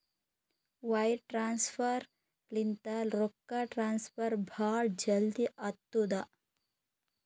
wire transfer ಲಿಂತ ರೊಕ್ಕಾ transfer ಭಾಳ್ ಜಲ್ದಿ ಆತ್ತುದ